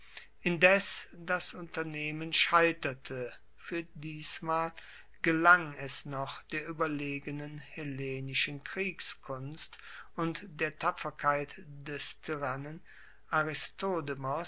indes das unternehmen scheiterte fuer diesmal gelang es noch der ueberlegenen hellenischen kriegskunst und der tapferkeit des tyrannen